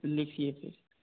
लिखिए फिर